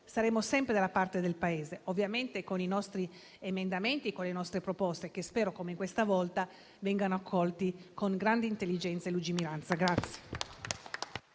Saremo sempre dalla parte del Paese, ovviamente con i nostri emendamenti e con le nostre proposte, che spero, come questa volta, vengano accolti con grande intelligenza e lungimiranza.